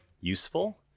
useful